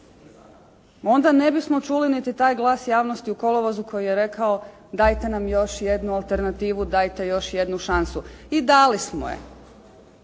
onda ne bismo čuli niti taj glas javnosti u kolovozu koji je rekao dajte nam još jednu alternativu, dajte još jednu šansu. I dali smo je.